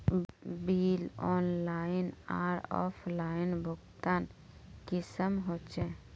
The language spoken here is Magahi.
बिल ऑनलाइन आर ऑफलाइन भुगतान कुंसम होचे?